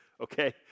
Okay